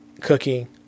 cooking